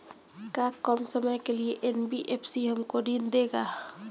का कम समय के लिए एन.बी.एफ.सी हमको ऋण देगा?